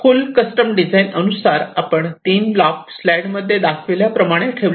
फुल custom design अनुसार आपण तीन ब्लॉक स्लाईड मध्ये दाखविल्या प्रमाणे ठेवले आहेत